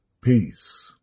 Peace